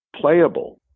playable